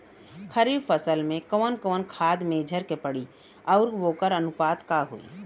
खरीफ फसल में कवन कवन खाद्य मेझर के पड़ी अउर वोकर अनुपात का होई?